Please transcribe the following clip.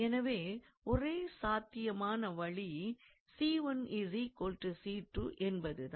எனவே ஒரே சாத்தியமான வழி 𝑐1 𝑐2 என்பது தான்